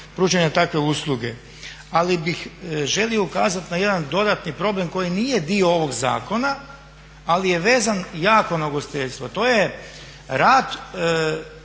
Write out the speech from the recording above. takve usluge. Ali bih želio ukazati na jedan dodatni problem koji nije dio ovog zakona, ali je vezan jako na ugostiteljstvo. To je rad